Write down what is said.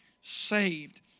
saved